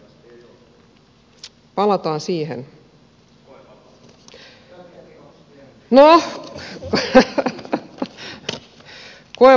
no koevapaudesta